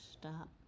stop